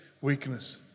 weakness